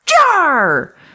Jar